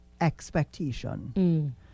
expectation